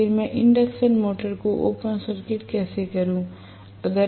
लेकिन मैं induction motor को ओपन सर्किट कैसे करूं